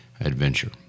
adventure